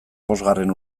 bosgarren